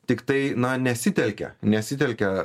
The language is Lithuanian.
tiktai na nesitelkia nesitelkia